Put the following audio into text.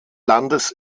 landes